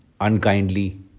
unkindly